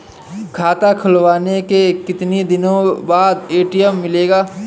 खाता खुलवाने के कितनी दिनो बाद ए.टी.एम मिलेगा?